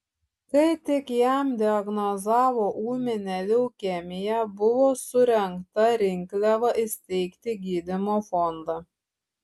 kai tik jam diagnozavo ūminę leukemiją buvo surengta rinkliava įsteigti gydymo fondą